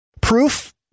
proof